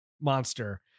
monster